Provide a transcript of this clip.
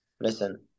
listen